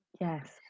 yes